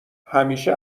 همیشه